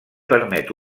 permet